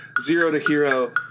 zero-to-hero